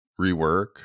rework